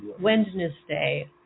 Wednesday